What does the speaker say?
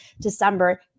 december